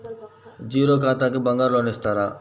Zero ఖాతాకి బంగారం loan ఇస్తారా?